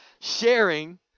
Sharing